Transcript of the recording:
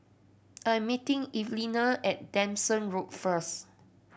I am meeting Evelina at Nanson Road first